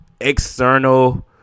external